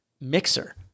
mixer